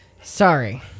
Sorry